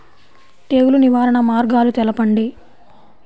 తెగులు నివారణ మార్గాలు తెలపండి?